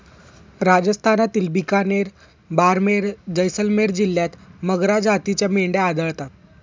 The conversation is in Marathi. राजस्थानातील बिकानेर, बारमेर, जैसलमेर जिल्ह्यांत मगरा जातीच्या मेंढ्या आढळतात